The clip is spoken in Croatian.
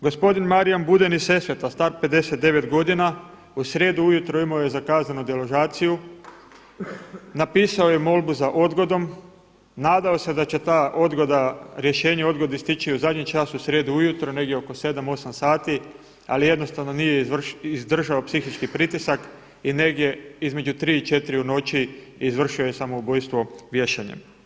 Gospodin Marijan Budan iz Sesveta star 59 godina u srijedu ujutro imao je zakazanu deložaciju, napisao je molbu za odgodom, nadao se da će ta odgoda, rješenje o odgodi stići u zadnji čas u srijedu ujutro, negdje oko 7, 8 sati ali jednostavno nije izdržao psihički pritisak i negdje između 3 i 4 u noći izvršio je samoubojstvo vješanjem.